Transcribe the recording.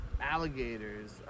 alligators